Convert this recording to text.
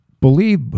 believe